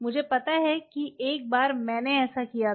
मुझे पता है कि एक बार मैंने ऐसा किया था